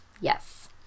Yes